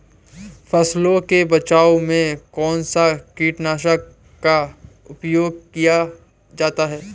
फसलों के बचाव में कौनसा कीटनाशक का उपयोग किया जाता है?